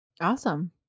Awesome